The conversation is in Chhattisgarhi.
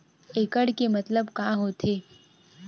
एकड़ के मतलब का होथे?